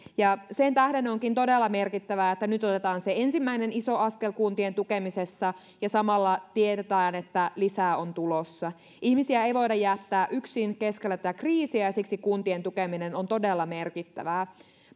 sen tähden onkin todella merkittävää että nyt otetaan se ensimmäinen iso askel kuntien tukemisessa ja samalla tiedetään että lisää on tulossa ihmisiä ei voida jättää yksin keskellä tätä kriisiä ja siksi kuntien tukeminen on todella merkittävää